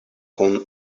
kun